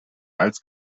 als